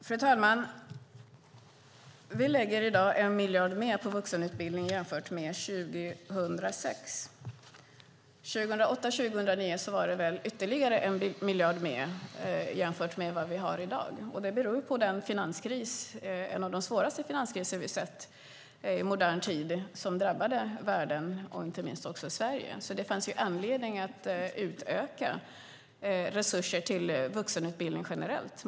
Fru talman! Vi lägger i dag 1 miljard mer på vuxenutbildningen jämfört med hur det var 2006. Åren 2008 och 2009 var det väl ytterligare 1 miljard mer än vad vi i dag har. Det beror på att en av de svåraste finanskriser vi i modern tid sett drabbade världen, inte minst också Sverige. Det fanns alltså anledning att utöka resurserna till vuxenutbildningen generellt.